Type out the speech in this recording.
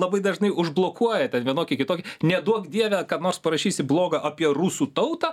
labai dažnai užblokuoja ten vienokį kitokį neduok dieve ką nors parašysi bloga apie rusų tautą